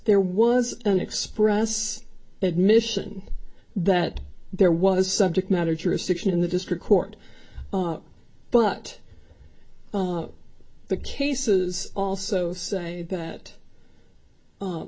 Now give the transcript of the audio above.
there was an express admission that there was subject matter jurisdiction in the district court but the cases also say that